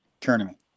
tournament